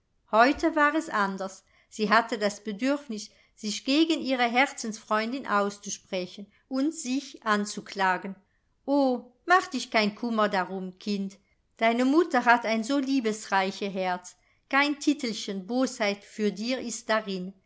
heute war es anders sie hatte das bedürfnis sich gegen ihre herzensfreundin auszusprechen und sich anzuklagen o mach dich kein kummer darum kind deine mutter hat ein so liebesreiche herz kein titelchen bosheit für dir ist darin